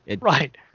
Right